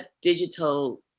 digital